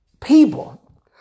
people